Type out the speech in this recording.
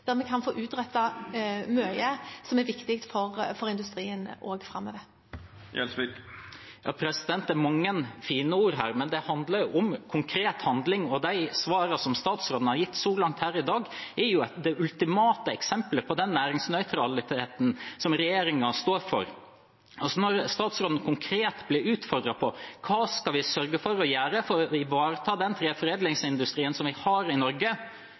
vi kan få utrettet mye som er viktig for industrien framover. Det er mange fine ord her, men det handler om konkret handling. De svarene som statsråden har gitt så langt her i dag, er det ultimate eksempelet på den næringsnøytraliteten som regjeringen står for. Når statsråden blir konkret utfordret på hva vi skal sørge for å gjøre for å ivareta den treforedlingsindustrien som vi har i Norge,